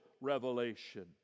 revelation